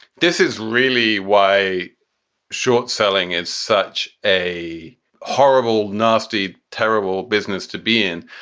this is really why short selling is such a horrible, nasty, terrible business to be in.